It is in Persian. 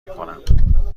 میکنم